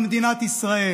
על מדינת ישראל.